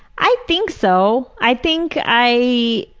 i think so. i think i